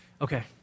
Okay